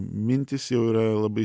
mintys jau yra labai